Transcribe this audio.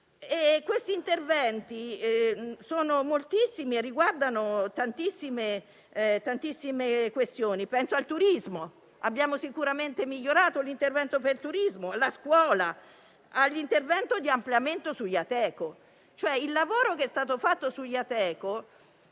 Questi interventi sono moltissimi e riguardano tantissime questioni. Penso al turismo: abbiamo sicuramente migliorato l'intervento in materia. Penso poi alla scuola e all'intervento di ampliamento sui codici Ateco. Il lavoro che è stato svolto sugli Ateco